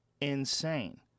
insane